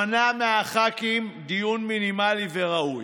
שמנע מהח"כים דיון מינימלי וראוי,